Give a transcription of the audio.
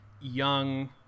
young